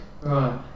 Right